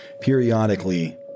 periodically